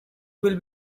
will